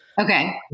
Okay